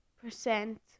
percent